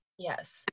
Yes